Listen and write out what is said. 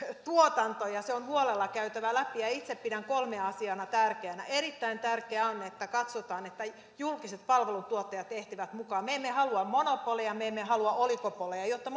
tuotanto ja se on huolella käytävä läpi itse pidän kolmea asiaa tärkeänä erittäin tärkeää on että katsotaan että julkiset palveluntuottajat ehtivät mukaan me emme halua monopoleja me emme halua oligopoleja jotta